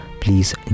please